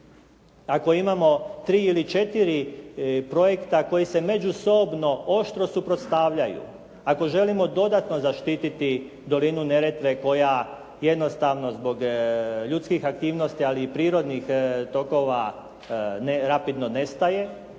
Ako imamo tri ili četiri projekta koji se međusobno oštro suprostavljaju, ako želimo dodatno zaštititi dolinu Neretve koja jednostavno zbog ljudskih aktivnosti ali i prirodnih tokova rapidno nestaje